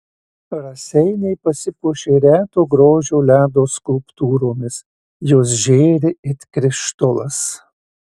raseiniai pasipuošė reto grožio ledo skulptūromis jos žėri it krištolas